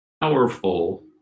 powerful